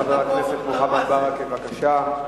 חבר הכנסת מוחמד ברכה, בבקשה.